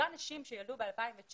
אותן נשים שילדו ב-2019,